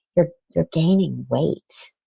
you're you're gaining weight.